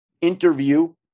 interview